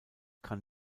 kann